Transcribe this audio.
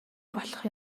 болох